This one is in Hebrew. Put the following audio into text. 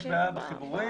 יש בעיה בחיבורים.